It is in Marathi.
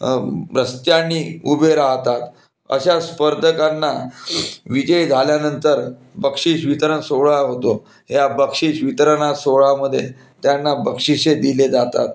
रस्त्याने उभे राहतात अशा स्पर्धकांना विजय झाल्यानंतर बक्षीस वितरण सोहळा होतो ह्या बक्षीस वितरण सोहळामध्ये त्यांना बक्षिसे दिले जातात